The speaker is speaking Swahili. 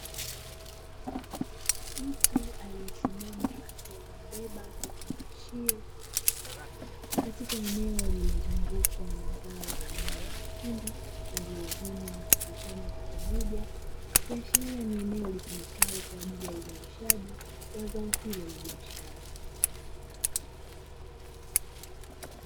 Mtu aliyesimama akiwa amebeba kifungashio katika eneo lililozungukwa na zao aina ya mahindi, yaliyovunwa na kukusanywa kwa pamoja ikiashiria ni eneo litumikawe kwa ajili ya uzalishaji wa zao hilo la biashara.